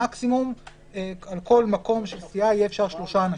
מקסימום על כל מקום של סיעה יהיה אפשר שלושה אנשים.